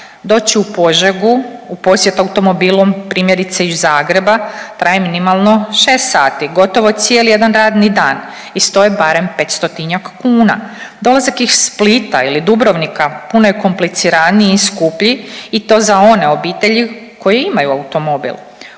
Doći u Požegu u posjet automobilom primjerice iz Zagreba traje minimalno 6 sati, gotovo cijeli jedan radni dan i stoji barem 500-tinjak kuna. Dolazak iz Splita ili Dubrovnika puno je kompliciraniji i skuplji i to za one obitelji koje imaju automobil.